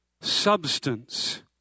substance